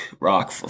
rock